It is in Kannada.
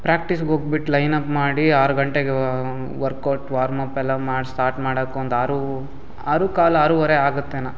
ಪ್ರಾಕ್ಟೀಸ್ಗೆ ಹೋಗ್ಬಿಟ್ ಲೈನ್ ಅಪ್ ಮಾಡಿ ಆರು ಗಂಟೆಗೆ ವರ್ಕೌಟ್ ವಾರ್ಮ್ಅಪ್ ಎಲ್ಲ ಮಾಡಿ ಸ್ಟಾರ್ಟ್ ಮಾಡಕೊಂಡ್ ಆರು ಆರು ಕಾಲು ಆರೂವರೆ ಆಗುತ್ತೇನೊ